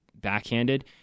backhanded